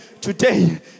today